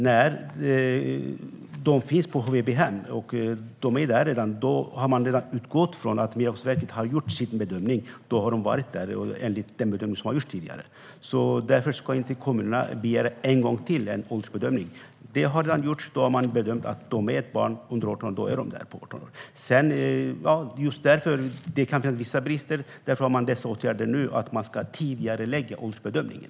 När dessa människor redan finns på HVB-hem har man utgått från att Migrationsverket har gjort sin bedömning enligt vad som tidigare har gällt. Därför ska kommunerna inte en gång till begära en åldersbedömning. En sådan har redan gjorts, och då har man bedömt att dessa människor är barn under 18 år. Det kan finnas vissa brister. Därför vidtas nu åtgärder för att tidigarelägga åldersbedömningen.